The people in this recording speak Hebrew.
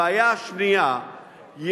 הבעיה השנייה,